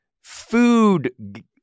food